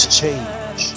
change